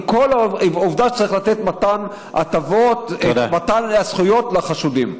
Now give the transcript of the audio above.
עם העובדה שצריך לתת זכויות לחשודים.